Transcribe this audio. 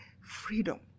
Freedom